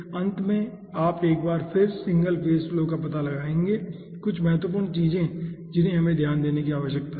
अंत में आप एक बार फिर सिंगल फेज फ्लो का पता लगाएंगे कुछ महत्वपूर्ण चीजें जिन्हें हमें यहां ध्यान देने की आवश्यकता है